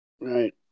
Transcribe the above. Right